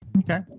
Okay